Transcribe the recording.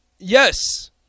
Yes